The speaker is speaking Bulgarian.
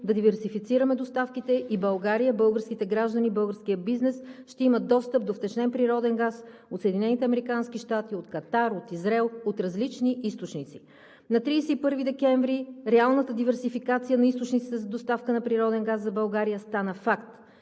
да диверсифицираме доставките и България, българските граждани, българският бизнес ще имат достъп до втечнен природен газ от Съединените американски щати, от Катар, от Израел, от различни източници. На 31 декември реалната диверсификация на източниците за доставката на природен газ за България стана факт